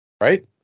Right